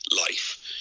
life